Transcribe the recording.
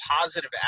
positive